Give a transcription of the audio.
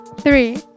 Three